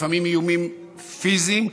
לפעמים איומים פיזיים,